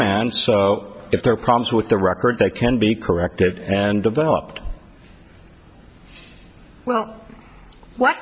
and so if there are problems with the record that can be corrected and developed well